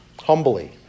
humbly